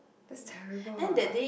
that's terrible